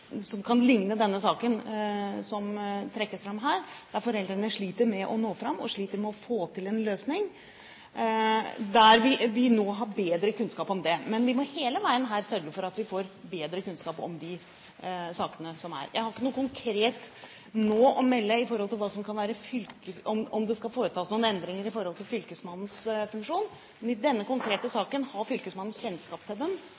sliter med å nå fram, og sliter med å få til en løsning. Det har vi nå bedre kunnskap om. Men vi må hele veien sørge for at vi får bedre kunnskap om de sakene som er. Jeg har ikke noe konkret å melde nå i forhold til om det skal foretas noen endringer i fylkesmannens funksjon. Men denne konkrete saken har fylkesmannen kjennskap til